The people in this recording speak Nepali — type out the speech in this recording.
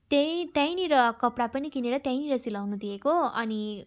त्यही त्यहीँनिर कपडा पनि किनेर त्यहीँनिर सिलाउनु दिएको अनि